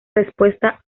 respuesta